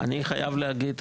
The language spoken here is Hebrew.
אני חייב להגיד,